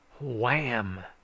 wham